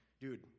dude